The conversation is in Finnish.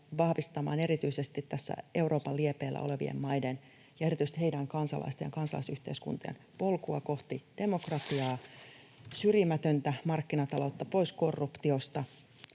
vahvistamaan erityisesti tässä Euroopan liepeillä olevien maiden ja erityisesti heidän kansalaisten ja kansalaisyhteiskuntien polkua kohti demokratiaa, syrjimätöntä markkinataloutta, pois korruptiosta,